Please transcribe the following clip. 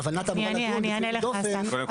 שהולנת"ע יכול לדון --- אני אענה לך אסף.